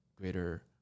greater